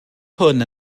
hwn